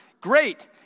Great